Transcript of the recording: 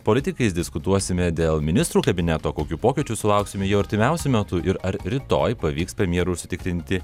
politikais diskutuosime dėl ministrų kabineto kokių pokyčių sulauksime jau artimiausiu metu ir ar rytoj pavyks premjerui užsitikrinti